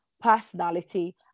Personality